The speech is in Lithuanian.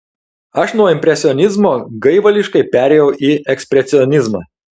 aš nuo impresionizmo gaivališkai perėjau į ekspresionizmą